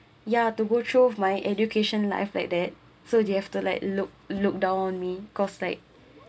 ya to go through of my education life like that so you have to like look look down on me cause like